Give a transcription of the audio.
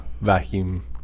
vacuum